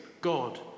God